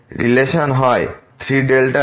relation হয় 3≤ϵ